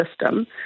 system